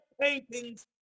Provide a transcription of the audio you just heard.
painting's